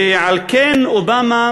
ועל כן אובמה